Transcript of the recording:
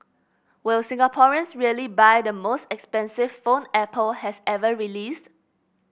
will Singaporeans really buy the most expensive phone Apple has ever released